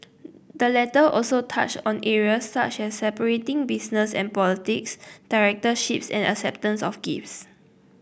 the letter also touched on areas such as separating business and politics directorships and acceptance of gifts